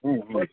ହଁ